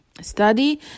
study